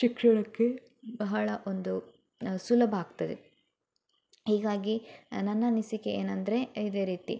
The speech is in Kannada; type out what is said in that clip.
ಶಿಕ್ಷಣಕ್ಕೆ ಬಹಳ ಒಂದು ಸುಲಭ ಆಗ್ತದೆ ಹೀಗಾಗಿ ನನ್ನ ಅನಿಸಿಕೆ ಏನಂದರೆ ಇದೇ ರೀತಿ